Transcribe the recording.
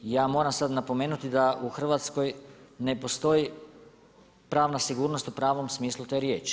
Ja moram sada napomenuti da u Hrvatskoj ne postoji pravna sigurnost u pravom smislu te riječi.